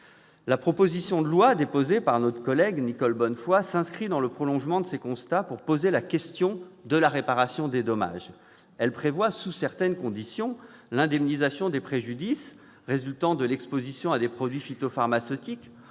La proposition de loi déposée par notre collègue Nicole Bonnefoy s'inscrit dans le prolongement de ces constats et pose la question de la réparation des dommages. Elle prévoit, sous certaines conditions, l'indemnisation des préjudices résultant de l'exposition à des produits phytopharmaceutiques